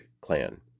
clan